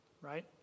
right